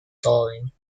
darling